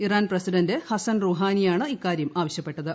Iran president Hassan റുഹാനിയാണ് ഇക്കാര്യം ആവശ്യപ്പെട്ടത്